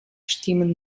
stimmen